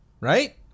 right